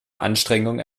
anstrengungen